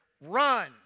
Run